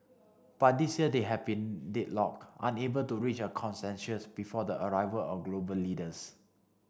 but this year they have been deadlocked unable to reach a consensus before the arrival of global leaders